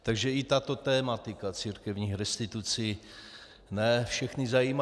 Takže i tato tematika církevních restitucí ne všechny zajímá.